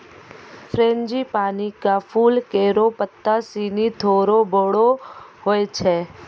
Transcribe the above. frangipani क फूल केरो पत्ता सिनी थोरो बड़ो होय छै